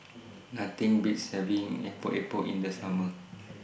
Nothing Beats having Epok Epok in The Summer